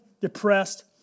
depressed